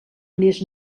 mes